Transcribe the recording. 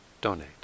donate